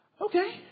okay